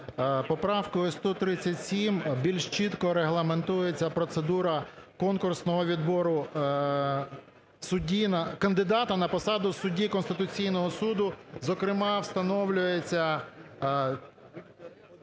Поправкою 137 більш чітко регламентується процедура конкурсного відбору судді… кандидата на посаду судді Конституційного Суду, зокрема встановлюється